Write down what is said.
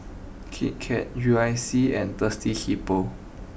Kit Kat U I C and Thirsty Hippo